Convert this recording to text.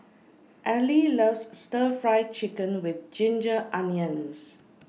Ally loves Stir Fry Chicken with Ginger Onions